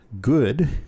good